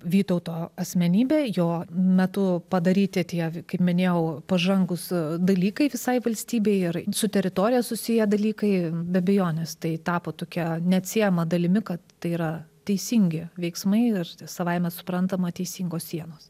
vytauto asmenybė jo metu padaryti atėjo kaip minėjau pažangūs dalykai visai valstybei ir su teritorija susiję dalykai be abejonės tai tapo tokia neatsiejama dalimi kad tai yra teisingi veiksmai ir savaime suprantama teisingos sienos